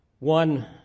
One